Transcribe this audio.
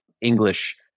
English